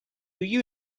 you